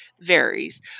varies